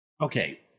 okay